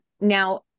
Now